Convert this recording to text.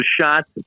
shots